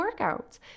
workouts